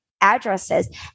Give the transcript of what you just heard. addresses